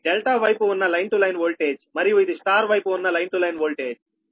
ఇది డెల్టా వైపు ఉన్న లైన్ టు లైన్ వోల్టేజ్ మరియు ఇది స్టార్ వైపు ఉన్న line to line voltage VAB